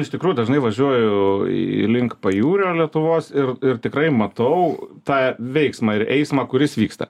iš tikrųjų dažnai važiuoju į link pajūrio lietuvos ir ir tikrai matau tą veiksmą ir eismą kuris vyksta